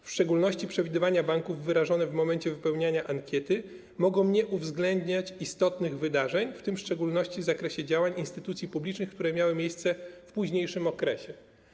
W szczególności przewidywania banków wyrażone w momencie wypełniania ankiety mogą nie uwzględniać istotnych wydarzeń, w tym w szczególności w zakresie działań instytucji publicznych, które miały miejsce w późniejszym okresie.